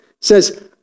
says